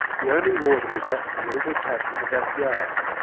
the only water was that from the little tap in the back yard.